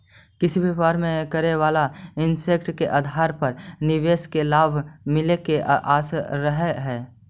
किसी व्यापार में करे वाला इन्वेस्ट के आधार पर निवेशक के लाभ मिले के आशा रहऽ हई